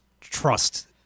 trust